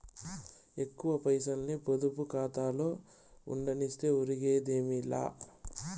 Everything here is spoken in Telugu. ఎక్కువ పైసల్ని పొదుపు కాతాలో ఉండనిస్తే ఒరిగేదేమీ లా